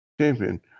Champion